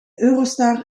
eurostar